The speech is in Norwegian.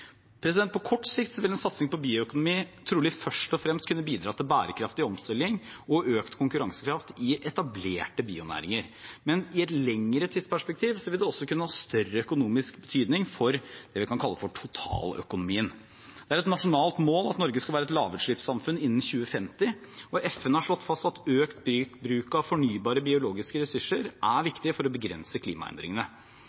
På kort sikt vil en satsing på bioøkonomi trolig først og fremst kunne bidra til bærekraftig omstilling og økt konkurransekraft i etablerte bionæringer. Men i et lengre tidsperspektiv vil det også kunne ha større økonomisk betydning for det vi kan kalle totaløkonomien. Det er et nasjonalt mål at Norge skal være et lavutslippssamfunn innen 2050, og FN har slått fast at økt bruk av fornybare biologiske ressurser er